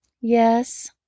Yes